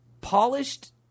polished